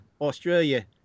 Australia